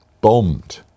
bombed